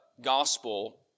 gospel